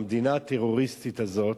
המדינה הטרוריסטית הזאת,